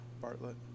Bartlett